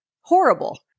Horrible